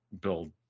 build